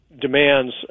Demands